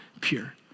pure